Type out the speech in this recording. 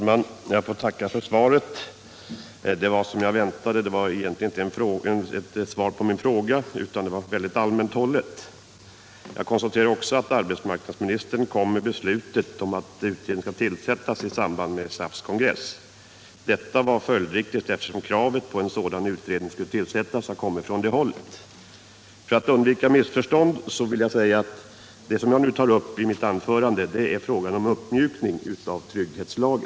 Herr talman! Jag får tacka för svaret. Det blev som jag väntade egentligen inte något svar på min fråga utan en mer allmänt hållen redogörelse. Jag konstaterar också att arbetsmarknadsministern fattade beslutet om Nr 25 att utredningen skulle tillsättas i samband med SAF:s kongress. Detta var följdriktigt, eftersom kravet på att en sådan utredning skulle tillsättas kom från det hållet. För att undvika missförstånd vill jag säga att det som jag nu tar upp i mitt anförande är frågan om uppmjukning av trygg Om planerade hetslagen.